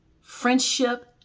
friendship